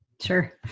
Sure